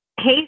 hey